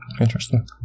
Interesting